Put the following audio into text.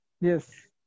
Yes